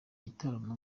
gitaramo